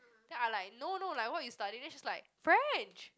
then I like no no like what you studying then she's like French